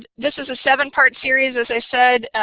ah this is a seven-part series as i said.